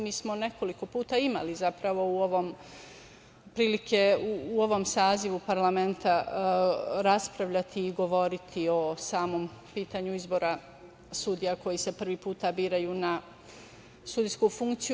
Mi smo nekoliko puta imali zapravo prilike u ovom sazivu parlamenta raspravljati i govoriti o samom pitanju izbora sudija koji se prvi put biraju na sudijsku funkciju.